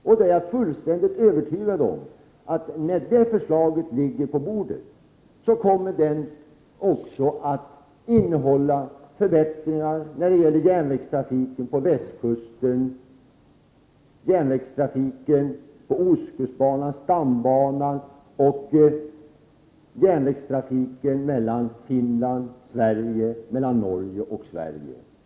Jag är fullständigt övertygad om att det förslaget, när det väl ligger på bordet, också kommer att visa på förbättringar bl.a. när det gäller järnvägstrafiken på västkusten, järnvägstrafiken på ostkustbanan och stambanan och järnvägstrafiken mellan dels Finland och Sverige, dels Norge och Sverige.